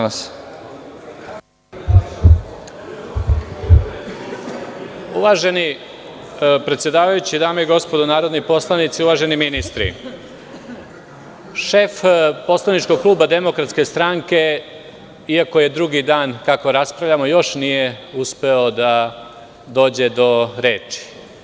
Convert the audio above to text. Uvaženi gospodine predsedavajući, dame i gospodo narodni poslanici, uvaženi ministri, šef poslaničkog kluba DS, iako je drugi dan kako raspravljamo, još nije uspeo da dođe do reči.